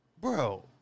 bro